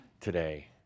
today